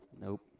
Nope